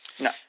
No